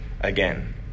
again